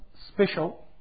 special